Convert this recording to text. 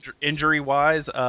injury-wise